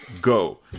go